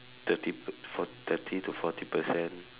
thirty fort~ thirty to forty percent